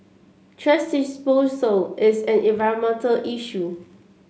thrash disposal is an environmental issue